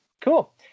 Cool